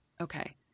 Okay